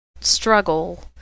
struggle